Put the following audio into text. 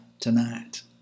tonight